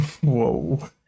whoa